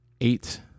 eight